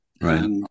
right